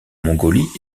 mongolie